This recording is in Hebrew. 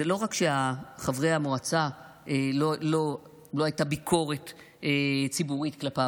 זה לא רק שלחברי המועצה לא הייתה ביקורת ציבורית כלפיו,